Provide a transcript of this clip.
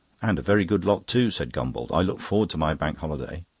and a very good lot too, said gombauld. i look forward to my bank holiday.